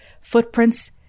footprints